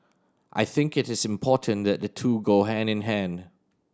I think it is important that the two go hand in hand